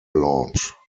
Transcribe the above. lounge